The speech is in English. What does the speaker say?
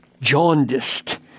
jaundiced